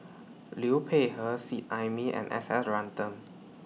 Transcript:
Liu Peihe Seet Ai Mee and S S Ratnam